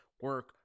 Work